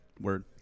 Word